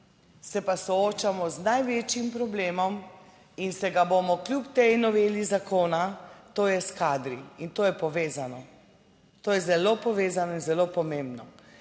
se pa soočamo z največjim problemom in se ga bomo kljub tej noveli zakona, to je s kadri. In to je povezano, to je zelo povezano in zelo pomembno.